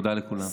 תודה לכולם.